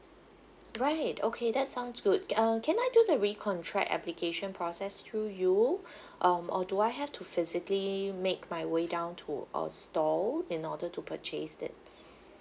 right okay that sounds good um can I do the re-contract application process through you um or do I have to physically make my way down to a store in order to purchase it